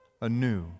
anew